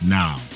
now